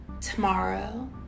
tomorrow